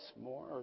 more